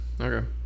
okay